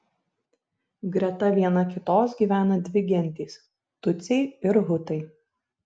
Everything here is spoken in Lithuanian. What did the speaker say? greta viena kitos gyvena dvi gentys tutsiai ir hutai